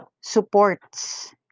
supports